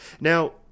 Now